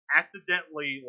accidentally